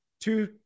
two